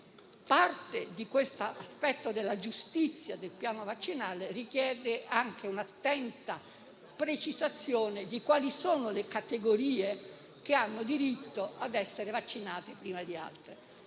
Parte di questo aspetto della giustizia del piano vaccinale richiede anche un'attenta precisazione di quali categorie hanno diritto ad essere vaccinate prima di altre.